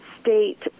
state